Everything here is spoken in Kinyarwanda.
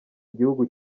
igihugu